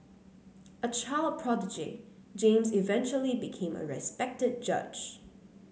a child prodigy James eventually became a respected judge